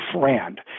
friend